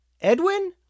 Edwin